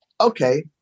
Okay